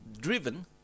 driven